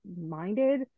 minded